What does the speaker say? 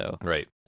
Right